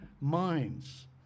minds